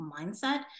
mindset